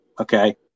okay